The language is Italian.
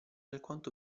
alquanto